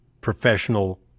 professional